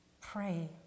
pray